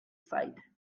side